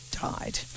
died